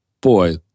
boy